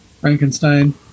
Frankenstein